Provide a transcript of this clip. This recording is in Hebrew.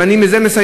ובזה אני מסיים,